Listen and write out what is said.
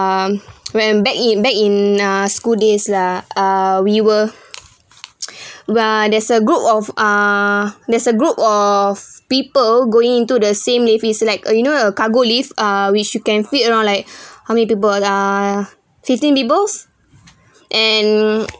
um when back in back in uh school days lah uh we were while there's a group of uh there's a group of people going into the same lift is like uh you know a cargo lift uh which you can fit around like how many people uh fifteen peoples and